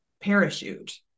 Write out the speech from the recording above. parachute